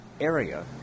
area